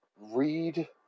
read